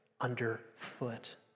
underfoot